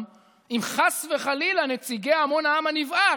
אם חס וחלילה נציגי המון העם הנבער,